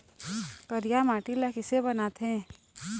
करिया माटी ला किसे बनाथे?